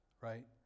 Right